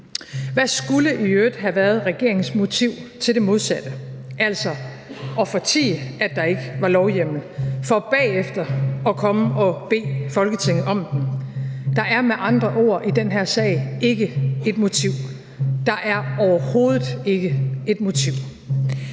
Hvad skulle i øvrigt have været regeringens motiv til det modsatte, altså at fortie, at der ikke var lovhjemmel, for bagefter at komme og bede Folketinget om den? Der er med andre ord i den her sag ikke et motiv. Der er overhovedet ikke et motiv.